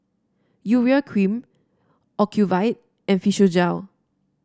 Urea Cream Ocuvite and Physiogel